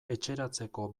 etxeratzeko